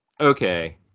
Okay